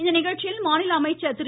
இந்நிகழ்ச்சியில் மாநில அமைச்சர் திரு